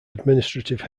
administrative